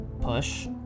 push